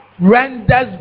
renders